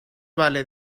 vale